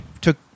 took